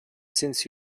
since